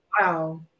Wow